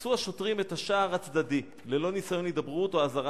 הרסו השוטרים את השער הצדדי ללא ניסיון הידברות או אזהרה,